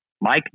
Mike